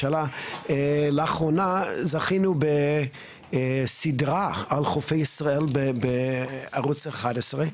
לאחרונה, זכינו בסדרה על חופי ישראל בערוץ 11,